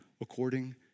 according